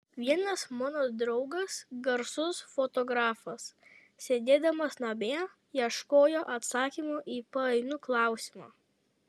vienas mano draugas garsus fotografas sėdėdamas namie ieškojo atsakymo į painų klausimą